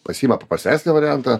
pasiima paprastesnį variantą